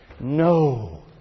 No